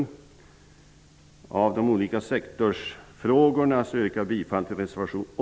När det gäller de olika sektorsfrågorna yrkar jag bifall till res.